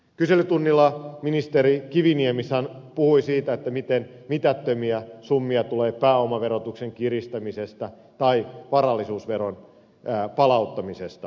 kyselytunnilla ministeri kiviniemi puhui siitä miten mitättömiä summia tulee pääomaverotuksen kiristämisestä tai varallisuusveron palauttamisesta